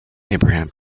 abraham